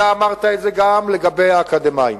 אתה אמרת את זה גם לגבי האקדמאים,